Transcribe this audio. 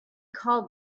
called